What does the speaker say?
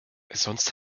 sonst